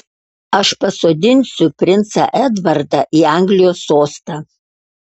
aš pasodinsiu princą edvardą į anglijos sostą